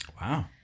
Wow